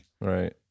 right